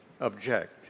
object